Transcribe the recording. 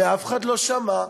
ואף אחד לא שמע,